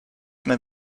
mehr